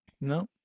No